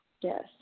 Yes